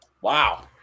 Wow